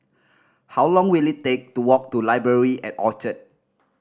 how long will it take to walk to Library at Orchard